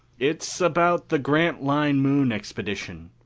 it's about the grantline moon expedition.